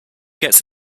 gets